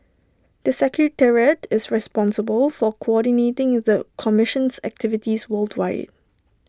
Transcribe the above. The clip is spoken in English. the secretariat is responsible for coordinating the commission's activities worldwide